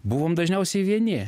buvom dažniausiai vieni